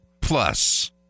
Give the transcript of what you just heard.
plus